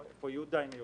זה